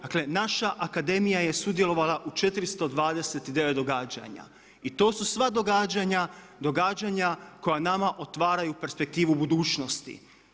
Dakle, naša akademija je sudjelovala u 429 događanja i to su sva događanja, događanja koja nama otvaraju perspektivu budućnosti.